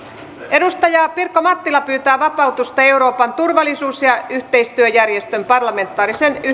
edustaja pirkko mattila pyytää vapautusta euroopan turvallisuus ja yhteistyöjärjestön parlamentaarisen